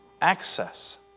Access